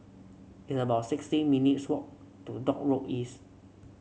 it's about sixty minutes' walk to Dock Road East